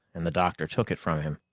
and the doctor took it from him.